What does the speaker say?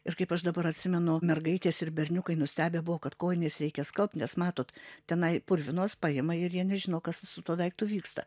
ir kaip aš dabar atsimenu mergaitės ir berniukai nustebę buvo kad kojines reikia skalbt nes matot tenai purvinos paima ir jie nežino kas su tuo daiktu vyksta